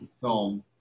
film